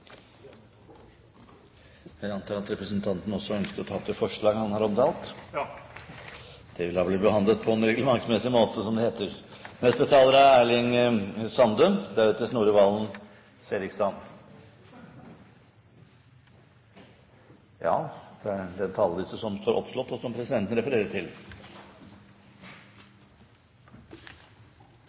Jeg vil på vegne av Høyre ta opp det forslaget som er inntatt i innstillingen. Representanten Nikolai Astrup har tatt opp det forslaget han refererte til. Neste taler er Erling Sande, deretter Snorre Serigstad Valen – ja, det er den talerlisten som står oppslått, som presidenten refererer til.